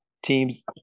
teams